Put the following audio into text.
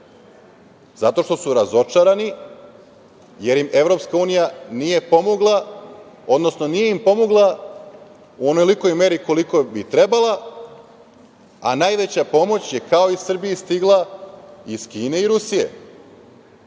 zato što su razočarani jer im EU nije pomogla, odnosno nije im pomogla u onolikoj meri koliko bi trebalo, a najveća pomoć je, kao i Srbiji, stigla iz Kine i